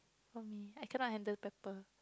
for me I cannot handle pepper